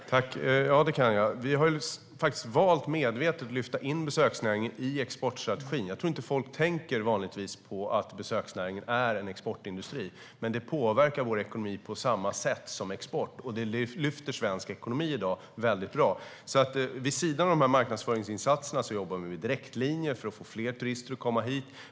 Fru talman! Ja, det kan jag göra. Vi har faktiskt medvetet valt att lyfta in besöksnäringen i exportstrategin. Jag tror inte att folk vanligtvis tänker på att besöksnäringen är en exportindustri. Men den påverkar vår ekonomi på samma sätt som exporten, och den lyfter svensk ekonomi mycket bra i dag. Vid sidan av dessa marknadsföringsinsatser jobbar vi med direktlinjer för att få fler turister att komma hit.